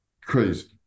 crazy